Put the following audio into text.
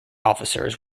officers